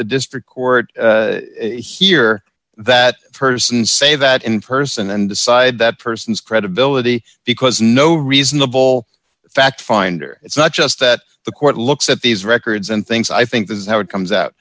the district court here that person say that in person and decide that person's credibility because no reasonable fact finder it's not just that the court looks at these records and thinks i think this is how it comes